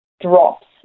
drops